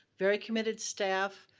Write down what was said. very committed staff,